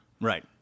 Right